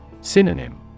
Synonym